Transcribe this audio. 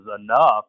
enough